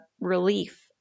relief